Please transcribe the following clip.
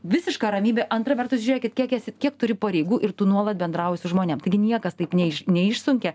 visiška ramybė antra vertus žiūrėkit kiek esi kiek turi pareigų ir tu nuolat bendrauji su žmonėm taigi niekas taip ne iš neišsunkia